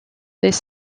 des